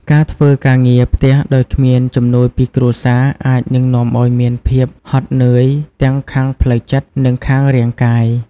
ការធ្វើការងារផ្ទះដោយគ្មានជំនួយពីគ្រួសារអាចនឹងនាំឱ្យមានភាពហត់នឿយ ទាំងខាងផ្លូវចិត្ត និងខាងរាងកាយ។